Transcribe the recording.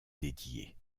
dédiée